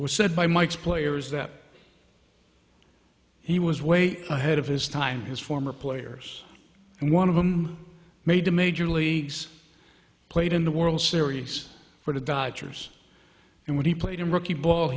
was said by mike's players that he was way ahead of his time his former players and one of them made the major leagues played in the world series for the dodgers and when he played in rookie ball